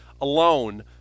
alone